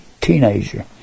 teenager